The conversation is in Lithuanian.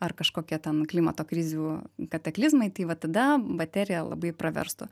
ar kažkokie ten klimato krizių kataklizmai tai va tada baterija labai praverstų